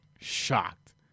Shocked